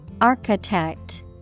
Architect